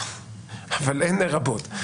אין לרבות.